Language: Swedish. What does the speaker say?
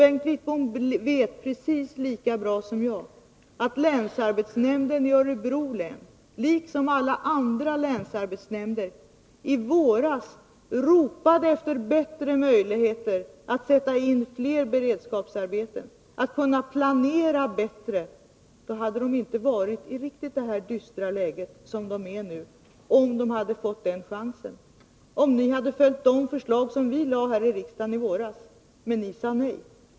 Bengt Wittbom vet precis lika bra som jag att länsarbetsnämnden i Örebro län liksom alla andra länsarbetsnämnder i våras ropade efter bättre möjligheter att sätta in fler beredskapsarbeten, att kunna planera bättre. Om man hade fått den chansen — alltså om ni hade följt de förslag som vi lade fram iriksdagen i våras — hade man inte varit i det dystra läge som man nu är. Men ni sade nej.